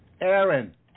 Aaron